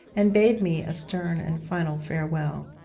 and bade me a stern and final farewell.